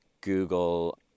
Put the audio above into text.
Google